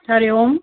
हरिः ओम्